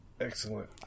Excellent